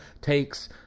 takes